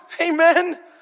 amen